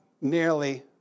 nearly